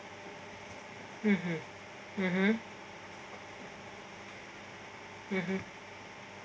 mmhmm mmhmm mmhmm